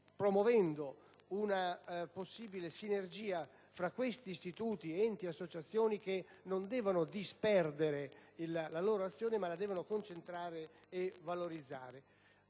promuovendo una possibile sinergia fra questi istituti, enti e associazioni che non devono disperdere la loro azione, ma la devono concentrare e valorizzare.